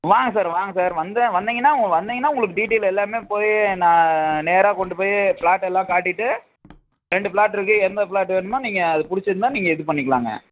வாங்க சார் வாங்க சார் வந்தால் வந்தீங்கன்னால் வந்தீங்கன்னால் உங்களுக்கு டீட்டைல் எல்லாமே போய் நான் நேராக கொண்டு போய் ஃப்ளாட் எல்லாம் காட்டிட்டு ரெண்டு ஃப்ளாட் இருக்குது எந்த ஃப்ளாட் வேணுமோ நீங்கள் அது பிடிச்சிருந்தா நீங்கள் இது பண்ணிக்கலாங்க